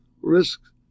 risks